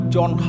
John